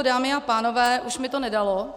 Dámy a pánové, už mi to nedalo.